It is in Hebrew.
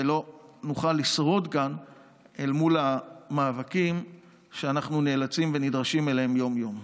ולא נוכל לשרוד גם אל מול המאבקים שאנחנו נאלצים ונדרשים אליהם יום-יום.